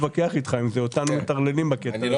אני האחרון שיתווכח איתך אם זה אותם --- אני לא